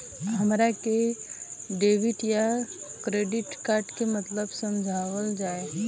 हमरा के डेबिट या क्रेडिट कार्ड के मतलब समझावल जाय?